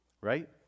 right